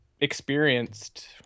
experienced